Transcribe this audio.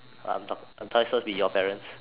I'm done I thought it was suppose to be your parents